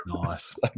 Nice